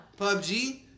PUBG